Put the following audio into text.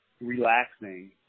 relaxing